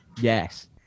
Yes